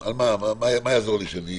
מה יעזור לי שאני